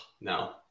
No